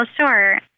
sure